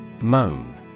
Moan